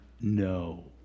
No